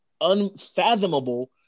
unfathomable